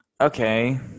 okay